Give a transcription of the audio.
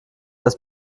das